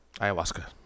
Ayahuasca